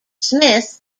smith